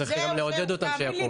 צריך גם לעודד אותם שיקומו.